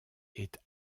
est